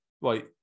right